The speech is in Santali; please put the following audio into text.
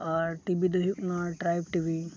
ᱟᱨ ᱴᱤ ᱵᱤ ᱫᱚ ᱦᱩᱭᱩᱜ ᱠᱟᱱᱟ ᱴᱨᱟᱭᱤᱵ ᱴᱤ ᱵᱤ